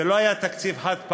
זה לא היה תקציב חד-פעמי,